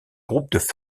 groupes